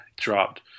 dropped